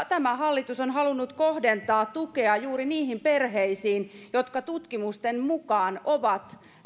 tämä hallitus on halunnut kohdentaa tukea juuri niihin perheisiin jotka tutkimusten mukaan ovat